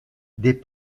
des